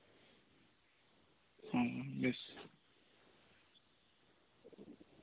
ᱦᱚᱸ ᱵᱮᱥ